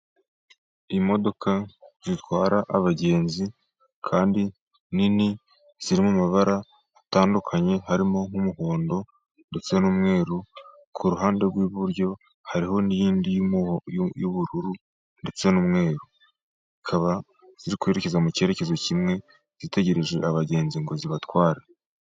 Imodoka zitwara abagenzi kandi nini ziri mu mabara atandukanye, harimo : nk'umuhondo, ndetse n'umweru. Ku ruhande rw'iburyo hariho n'iyindi y'ubururu, ndetse n'umweru, zikaba ziri kwerekeza mu cyerekezo kimwe, zitegereje abagenzi ngo zibatware.